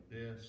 yes